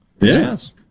Yes